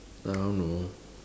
I don't know